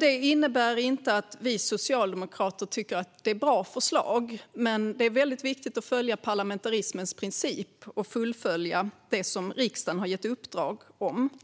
Det innebär inte att vi socialdemokrater tycker att det är bra förslag, men det är viktigt att följa parlamentarismens principer och fullfölja det som riksdagen har gett uppdrag om.